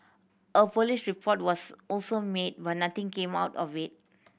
a police report was also made but nothing came out of it